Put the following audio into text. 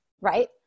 right